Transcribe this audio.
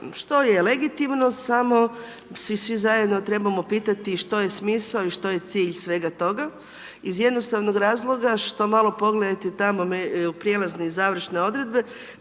što je legitimno, samo si svi zajedno trebamo pitati što je smisao i što je cilj svega toga, iz jednostavnog razloga, što malo pogledajte, u prijelazne i završne odredbe,